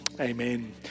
Amen